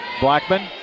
Blackman